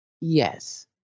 Yes